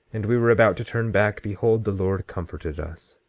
and we were about to turn back, behold, the lord comforted us,